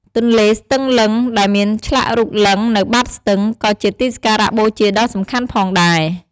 ទន្លេស្ទឹងលិង្គ ដែលមានឆ្លាក់រូបលិង្គនៅបាតស្ទឹង ក៏ជាទីសក្ការៈបូជាដ៏សំខាន់ផងដែរ។